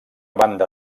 banda